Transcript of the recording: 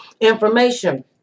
information